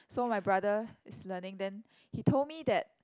so my brother is learning then he told me that